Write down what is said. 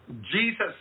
Jesus